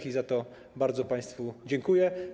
I za to bardzo państwu dziękuję.